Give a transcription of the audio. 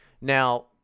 now